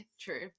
True